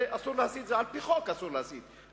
הרי על-פי חוק אסור להסית,